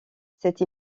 cette